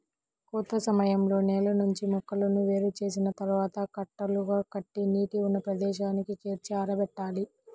కోత సమయంలో నేల నుంచి మొక్కలను వేరు చేసిన తర్వాత కట్టలుగా కట్టి నీడ ఉన్న ప్రదేశానికి చేర్చి ఆరబెట్టాలి